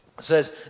says